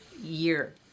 year